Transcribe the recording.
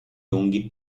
lunghi